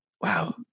Wow